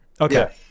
Okay